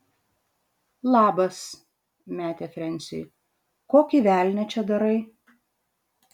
labas metė frensiui kokį velnią čia darai